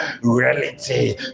reality